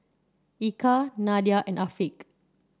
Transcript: Eka Nadia and Afiq